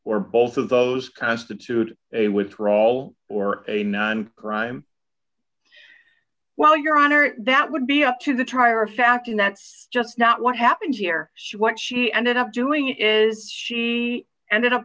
or both d of those constitute a withdrawal or a non crime while your honor that would be up to the trier of fact and that's just not what happens here she what she ended up doing is she ended up